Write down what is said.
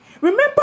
Remember